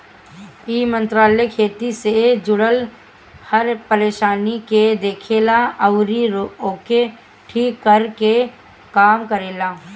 इ मंत्रालय खेती से जुड़ल हर परेशानी के देखेला अउरी ओके ठीक करे के काम करेला